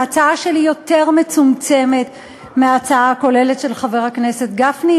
ההצעה שלי יותר מצומצמת מההצעה הכוללת של חבר הכנסת גפני,